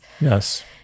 Yes